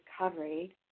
recovery